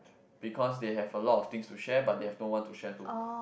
because they have a lot of things to share but they have no one to share to